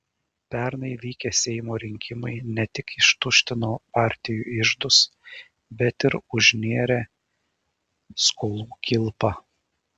pernai vykę seimo rinkimai ne tik ištuštino partijų iždus bet ir užnėrė skolų kilpą